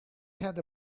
had